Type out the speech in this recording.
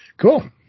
Cool